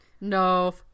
No